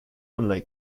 online